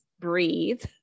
breathe